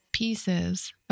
pieces